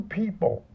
people